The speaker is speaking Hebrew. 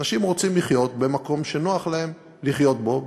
אנשים רוצים לחיות במקום שנוח להם לחיות בו,